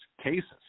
cases